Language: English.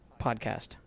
podcast